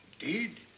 indeed.